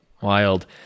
wild